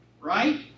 right